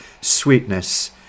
sweetness